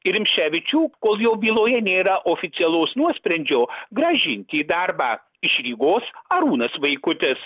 ir rimšėvičių kol jo byloje nėra oficialaus nuosprendžio grąžinti į darbą iš rygos arūnas vaikutis